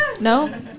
No